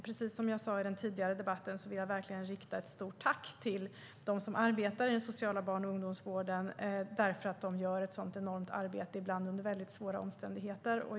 Precis som i den tidigare debatten vill jag verkligen rikta ett stort tack till dem som arbetar i den sociala barn och ungdomsvården för att de gör ett så enormt arbete, ibland under väldigt svåra omständigheter.